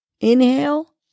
Inhale